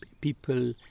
people